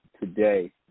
today